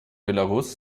belarus